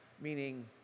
Meaning